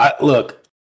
Look